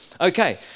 Okay